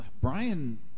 Brian